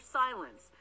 silence